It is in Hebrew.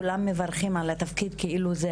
כולם מברכים על התפקיד כאילו זה